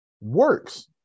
works